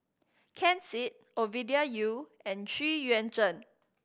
Ken Seet Ovidia Yu and Xu Yuan Zhen